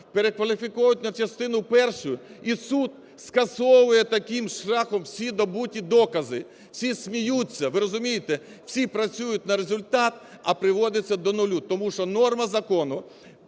перекваліфіковують на частину першу і суд скасовує таким шляхом всі добуті докази. Всі сміються, ви розумієте, всі працюють на результат, а приводиться до нуля, тому що норма закону